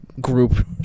group